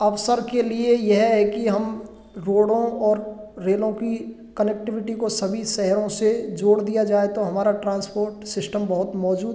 अवसर के लिए यह है कि हम रोडों और रेलों की कनेक्टिविटी को सभी शहरों से जोड़ दिया जाए तो हमारा ट्रांसपोर्ट सिस्टम बहुत मौजूद